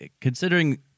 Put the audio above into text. considering